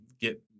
get